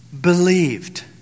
believed